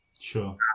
Sure